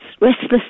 restless